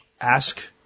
Ask